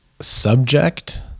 subject